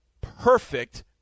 perfect